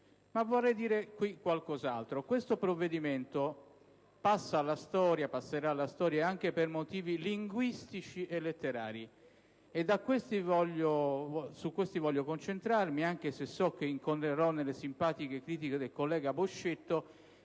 Ma vorrei dire qualcos'altro. Questo provvedimento passerà alla storia anche per motivi linguistici e letterari, e su questi voglio concentrarmi, anche se so che incorrerò nelle simpatiche critiche del senatore Boscetto,